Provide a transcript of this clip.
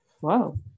wow